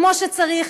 כמו שצריך,